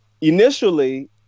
initially